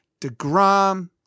DeGrom